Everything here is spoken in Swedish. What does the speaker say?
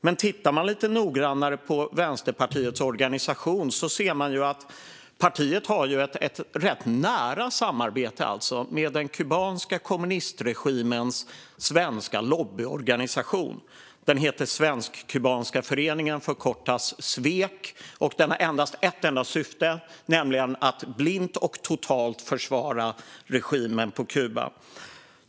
Men om man tittar lite noggrannare på Vänsterpartiets organisation ser man att partiet har ett rätt nära samarbete med den kubanska kommunistregimens svenska lobbyorganisation. Den heter Svensk-Kubanska Föreningen, förkortat Svek, och den har endast ett enda syfte, nämligen att blint och totalt försvara regimen på Kuba.